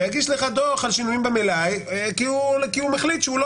ויגיש לך דוח על שינויים במלאי כי הוא מחליט שהוא לא